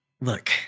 look